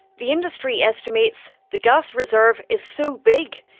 the industry estimates the gas reserve is so big,